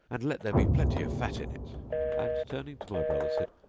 and let there be plenty of fat in it and, turning to my brother said,